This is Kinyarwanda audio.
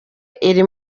iri